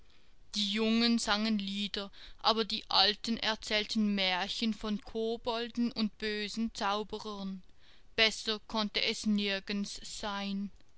die jungen sangen lieder aber die alten erzählten märchen von kobolden und bösen zauberern besser konnte es nirgends sein